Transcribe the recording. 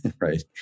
right